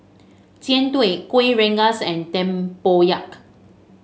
Jian Dui Kuih Rengas and Tempoyak